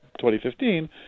2015